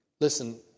Listen